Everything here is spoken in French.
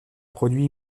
produit